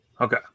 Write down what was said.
Okay